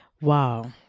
wow